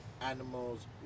animals